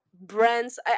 brands